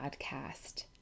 podcast